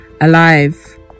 alive